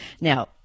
Now